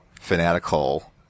fanatical